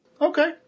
Okay